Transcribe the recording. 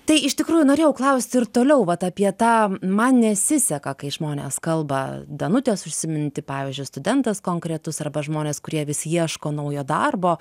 tai iš tikrųjų norėjau klaust ir toliau vat apie tą man nesiseka kai žmonės kalba danutės užsiminti pavyzdžiui studentas konkretus arba žmonės kurie vis ieško naujo darbo